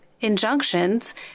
injunctions